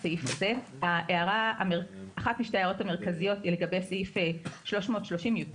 אחת משתי ההערות המרכזיות היא לגבי סעיף 330יט(ז).